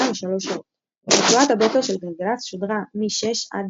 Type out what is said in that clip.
לשלוש שעות רצועת הבוקר של גלגלצ שודרה 0600–0900,